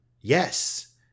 Yes